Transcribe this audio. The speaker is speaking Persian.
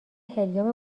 هلیوم